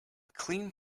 clean